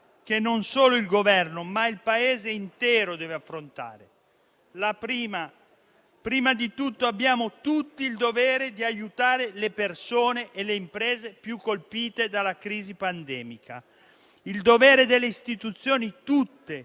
che non solo il Governo, ma il Paese intero devono affrontare. Prima di tutto abbiamo tutti il dovere di aiutare le persone e le imprese più colpite dalla crisi pandemica. Il dovere delle istituzioni tutte